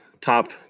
top